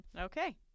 Okay